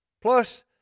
plus